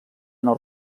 nord